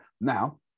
Now